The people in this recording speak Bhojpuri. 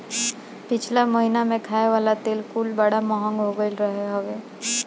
पिछला महिना में खाए वाला तेल कुल बड़ा महंग हो गईल रहल हवे